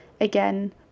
again